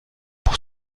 pour